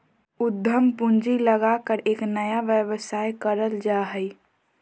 उद्यम पूंजी लगाकर एक नया व्यवसाय करल जा हइ